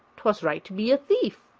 twas right to be a thief.